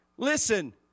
Listen